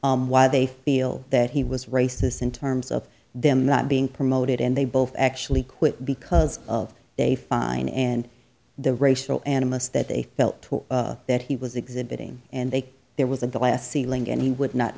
show why they feel that he was racist in terms of them not being promoted and they both actually quit because of they fine and the racial animus that they felt that he was exhibiting and they there was a glass ceiling and he would not